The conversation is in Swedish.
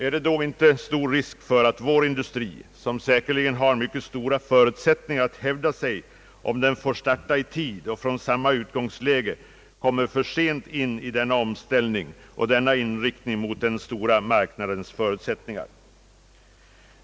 Är det då inte stor risk för att vår industri, som säkerligen har stora förutsättningar att hävda sig om den får starta i tid och från samma utgångsläge, kommer för sent in i denna omställning och denna inriktning mot den stora marknadens förutsättningar?